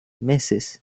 meses